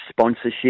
sponsorship